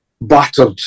battered